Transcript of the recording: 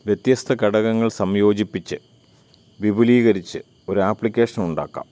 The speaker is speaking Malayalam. വ്യത്യസ്ത ഘടകങ്ങൾ സംയോജിപ്പിച്ച് വിപുലീകരിച്ച് ഒരു ആപ്ലിക്കേഷൻ ഉണ്ടാക്കാം